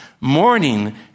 Morning